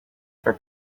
for